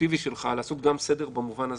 האקזקוטיבי שלך, לעשות סדר במובן הזה.